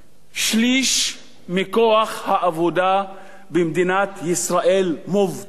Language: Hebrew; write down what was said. שליש מכוח העבודה במדינת ישראל מובטל,